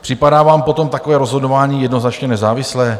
Připadá vám potom takové rozhodování jednoznačně nezávislé?